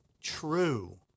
true